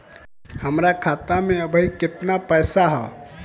हमार खाता मे अबही केतना पैसा ह?